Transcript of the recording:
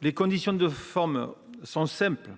Les conditions de forme sont simples.